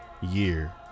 year